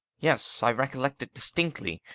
yes, i recollect it distinctly.